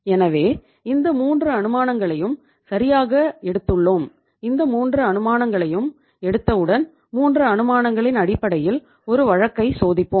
எனவே இந்த 3 அனுமானங்களையும் சரியாக எடுத்துள்ளோம் இந்த 3 அனுமானங்களையும் எடுத்தவுடன் 3 அனுமானங்களின் அடிப்படையில் ஒரு வழக்கை சோதிப்போம்